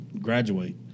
graduate